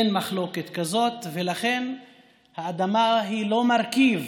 אין מחלוקת כזאת, ולכן האדמה היא לא מרכיב